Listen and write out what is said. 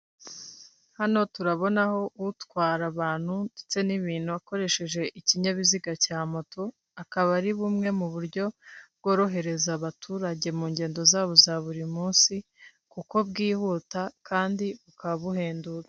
Hano turabona aho utwara abantu ndetse n'ibintu akoresheje ikinyabiziga cya moto, akaba ari bumwe mu buryo bworohereza abaturage mu ngendo zabo za buri munsi, kuko bwihuta kandi bukaba buhenduka.